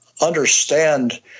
understand